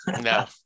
No